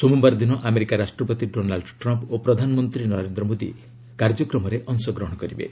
ସୋମବାର ଦିନ ଆମେରିକା ରାଷ୍ଟ୍ରପତି ଡୋନାଲ୍ ଟ୍ରମ୍ପ୍ ଞ ପ୍ରଧାନମନ୍ତ୍ରୀ ନରେନ୍ଦ୍ର ମୋଦୀ କାର୍ଯ୍ୟକ୍ରମରେ ଅଂଶଗ୍ରହଣ କରିବେ